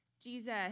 Jesus